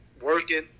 working